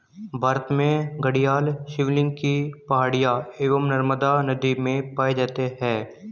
भारत में घड़ियाल शिवालिक की पहाड़ियां एवं नर्मदा नदी में पाए जाते हैं